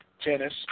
tennis